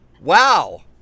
wow